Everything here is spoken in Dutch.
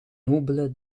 nobele